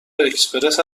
اکسپرس